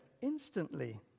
instantly